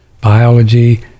biology